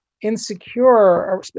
insecure